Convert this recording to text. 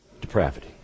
depravity